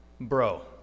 Bro